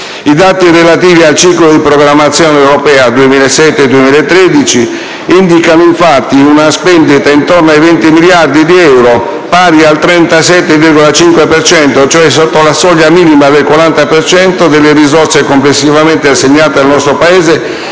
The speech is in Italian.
I dati relativi al ciclo di programmazione europea 2007-2013 indicano una spesa intorno ai 20 miliardi di euro pari al 37,5 per cento, cioè sotto la soglia minima del 40 per cento delle risorse complessivamente assegnate al nostro Paese,